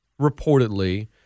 reportedly –